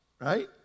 Right